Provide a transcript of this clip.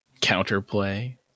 counterplay